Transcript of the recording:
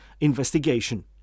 investigation